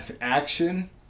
Action